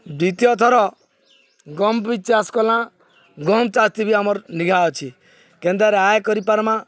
ଦ୍ଵିତୀୟ ଥର ଗହମ୍ ବି ଚାଷ୍ କଲା ଗହମ୍ ଚାଷଥି ବି ଆମର୍ ନିଘା ଅଛେ କେନ୍ତା କରି ଆୟେ କରିପାର୍ମା